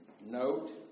Note